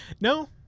No